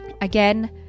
again